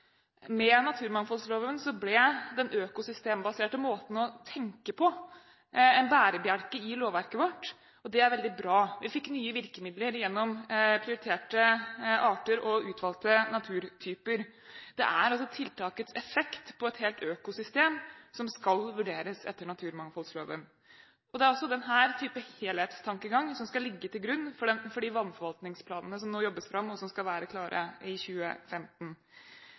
Med naturmangfoldloven ble den økosystembaserte måten å tenke på en bærebjelke i lovverket vårt, og det er veldig bra. Vi fikk nye virkemidler gjennom prioriterte arter og utvalgte naturtyper. Det er altså tiltakets effekt på et helt økosystem som skal vurderes etter naturmangfoldloven. Det er også denne type helhetstankegang som skal ligge til grunn for de vannforvaltningsplanene som nå jobbes fram, og som skal være klare i 2015.